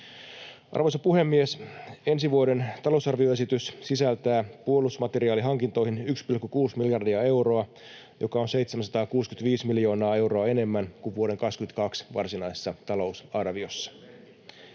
Arvoisa puhemies! Ensi vuoden talousarvioesitys sisältää puolustusmateriaalihankintoihin 1,6 miljardia euroa, joka on 765 miljoonaa euroa enemmän kuin vuoden 22 varsinaisessa talousarviossa.